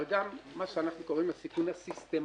אבל גם מה שאנחנו קוראים לו הסיכון הסיסטמתי,